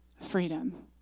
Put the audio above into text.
freedom